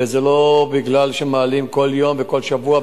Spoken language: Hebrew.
וזה לא משום שמעלים כל יום וכל שבוע,